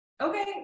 Okay